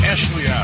Ashley